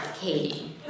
Katie